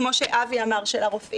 כמו שאבי אמר.